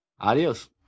Adios